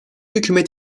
hükümet